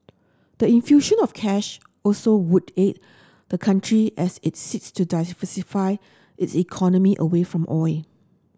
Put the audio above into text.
the infusion of cash also would aid the country as it seeks to its economy away from oil